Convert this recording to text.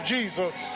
Jesus